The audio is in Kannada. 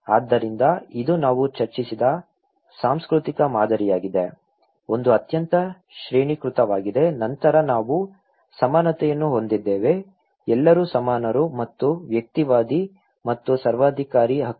ಆದ್ದರಿಂದ ಇದು ನಾವು ಚರ್ಚಿಸಿದ ಸಾಂಸ್ಕೃತಿಕ ಮಾದರಿಯಾಗಿದೆ ಒಂದು ಅತ್ಯಂತ ಶ್ರೇಣೀಕೃತವಾಗಿದೆ ನಂತರ ನಾವು ಸಮಾನತೆಯನ್ನು ಹೊಂದಿದ್ದೇವೆ ಎಲ್ಲರೂ ಸಮಾನರು ಮತ್ತು ವ್ಯಕ್ತಿವಾದಿ ಮತ್ತು ಸರ್ವಾಧಿಕಾರಿ ಹಕ್ಕು